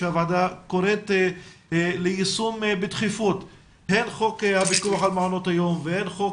הוועדה קוראת ליישום בדחיפות של חוק הפיקוח על מעונות היום וחוק